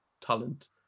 talent